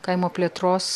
kaimo plėtros